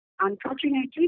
unfortunately